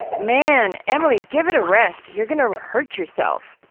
man, emily, give it a rest, you're gonna hurt yourself!